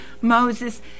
Moses